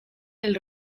del